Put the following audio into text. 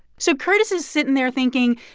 so curtis is sitting there, thinking,